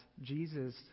Jesus